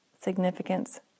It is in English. significance